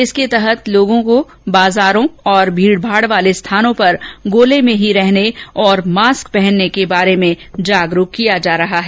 इसके तहत लोगो को वाजारों और भीड़ भाड़ वाले स्थानों पर गोले में ही रहने और मास्क पहनने के वार्रे में जागरूक किया जा रहा है